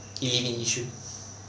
he live in yishun